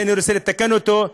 שאני רוצה לתקן אותו,